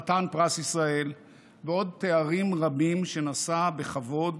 חתן פרס ישראל ועוד תארים רבים שנשא בכבוד